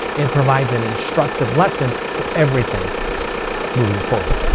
it provides an instructive lesson for everything moving forward.